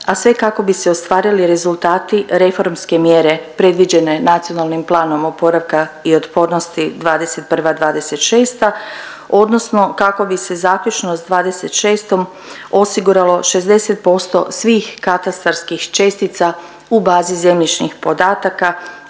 a sve kako bi se ostvarili rezultati reformske mjere Nacionalnog plana oporavka i otpornosti odnosno kako bi se zaključno do 2026. godine osiguralo 60% svih katastarskih čestica u bazi zemljišnih podataka.